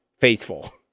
Faithful